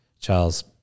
Charles